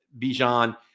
Bijan